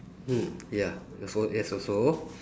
mm ya also yes also